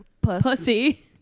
pussy